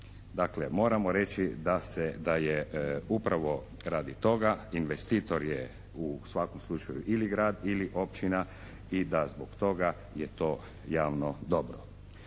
Dakle, moramo reći da je upravo radi toga investitor je u svakom slučaju ili grad ili općina i da zbog toga je to javno dobro.